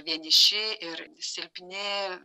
vieniši ir silpni